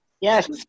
Yes